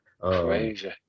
Crazy